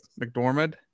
McDormand